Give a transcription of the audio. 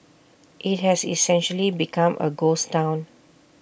IT has essentially become A ghost Town